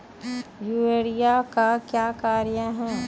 Urea का क्या कार्य हैं?